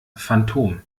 phantom